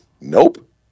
nope